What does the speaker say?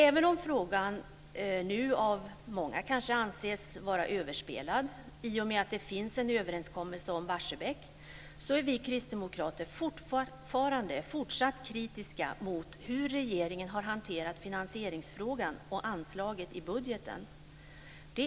Även om frågan nu av många kanske anses vara överspelad i och med att det finns en överenskommelse om Barsebäck, är vi kristdemokrater fortfarande kritiska mot hur regeringen har hanterat finansieringsfrågan och anslaget i budgeten.